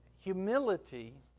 humility